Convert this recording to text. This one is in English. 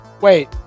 Wait